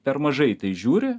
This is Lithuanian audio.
per mažai į tai žiūri